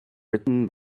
written